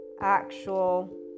actual